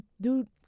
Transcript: dude